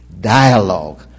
Dialogue